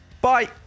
Bye